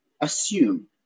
Assume